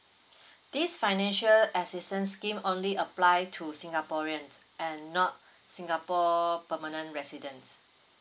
this financial assistance scheme only apply to singaporeans and not singapore permanent residence